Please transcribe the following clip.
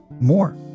More